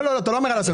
אתה לא אומר על השרים.